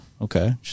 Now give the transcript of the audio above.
okay